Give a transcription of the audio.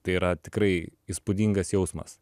tai yra tikrai įspūdingas jausmas